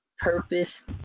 Purpose